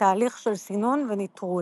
בתהליך של סינון וניטרול,